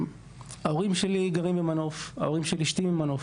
ההורים שלי גרים במנוף, ההורים של אשתי ממנוף,